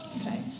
Okay